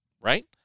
right